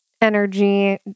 energy